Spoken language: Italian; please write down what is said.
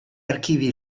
archivi